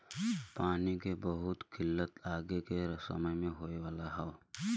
पानी के बहुत किल्लत आगे के समय में होए वाला हौ